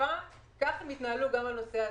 בחיפה כך הם יתנהלו גם בנושא הזה.